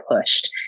pushed